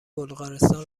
بلغارستان